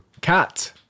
Cat